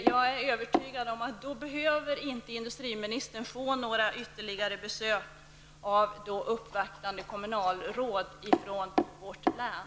Jag är övertygad om att industriministern då inte behöver få några ytterligare besök av uppvaktande kommunalråd från vårt län.